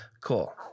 cool